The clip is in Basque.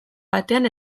batean